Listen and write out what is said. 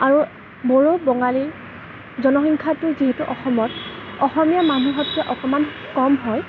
আৰু বড়ো বঙালীৰ জনসংখ্যাটো যিহেতু অসমত অসমীয়া মানুহতকৈ অকণমান কম হয়